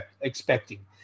expecting